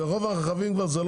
את ההערות העברתי אליהם.